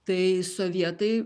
tai sovietai